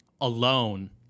alone